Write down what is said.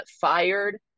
fired